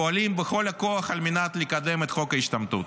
פועלים בכל הכוח על מנת לקדם את חוק ההשתמטות.